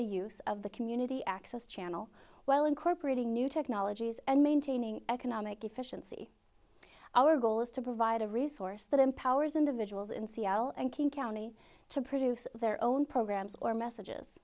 the use of the community access channel while incorporating new technologies and maintaining economic efficiency our goal is to provide a resource that empowers individuals in seattle and king county to produce their own programs or messages